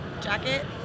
jacket